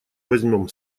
возьмём